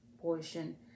portion